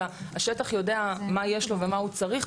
אלא השטח יודע מה יש לו ומה הוא צריך,